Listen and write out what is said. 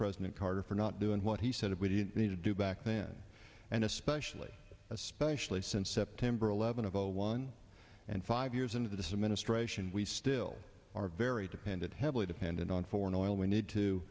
president carter for not doing what he said we didn't need to do back then and especially especially since september eleventh of zero one and five years into this ministration we still are very depended heavily dependent on foreign oil we need to